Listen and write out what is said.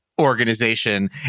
organization